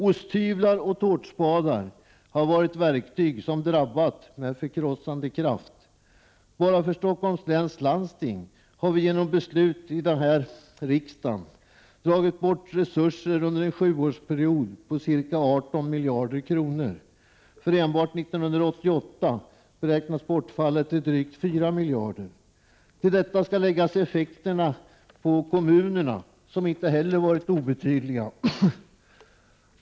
Osthyvlar och tårtspadar har varit verktyg som drabbat med förkrossande kraft. Bara för Stockholms läns landsting har vi genom beslut i denna riksdag dragit bort resurser under en sjuårsperiod på ca 18 miljarder kronor. För enbart 1988 beräknas bortfallet till drygt 4 miljarder. Till detta skall läggas effekterna på kommunerna, som inte heller varit obetydliga.